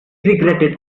regretted